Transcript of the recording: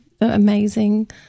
amazing